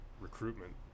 recruitment